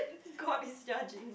god is judging